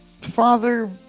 father